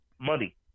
money